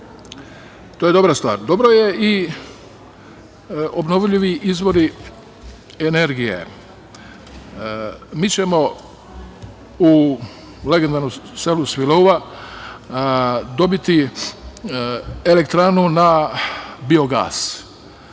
To je dobra stvar. Dobro je i obnovljivi izvori energije. Mi ćemo u legendarnom selu Svileuva dobiti elektranu na biogas.